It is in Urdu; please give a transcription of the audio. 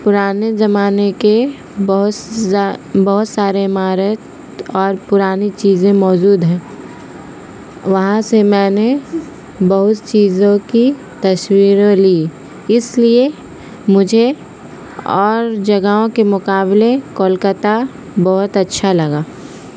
پرانے زمانے کے بہت ز بہت سارے عمارت اور پرانی چیزیں موجود ہیں وہاں سے میں نے بہت چیزوں کی تصویروں لی اس لیے مجھے اور جگہوں کے مقابلے کولکتہ بہت اچھا لگا